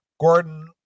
Gordon